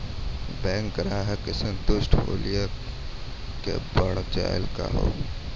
Bank ग्राहक के संतुष्ट होयिल के बढ़ जायल कहो?